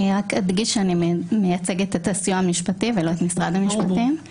אני רק אדגיש שאני מייצגת את הסיוע המשפטי ולא את משרד המשפטים.